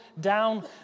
down